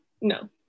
no